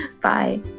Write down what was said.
Bye